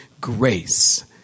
grace